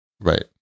Right